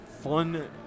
fun